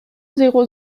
zéro